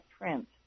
print